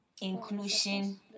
inclusion